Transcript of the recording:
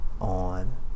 on